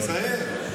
תיזהר.